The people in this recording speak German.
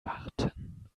warten